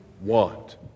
want